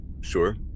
Sure